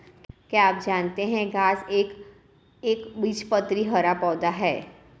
क्या आप जानते है घांस एक एकबीजपत्री हरा पौधा है?